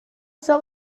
saw